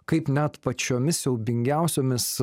kaip net pačiomis siaubingiausiomis